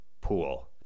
pool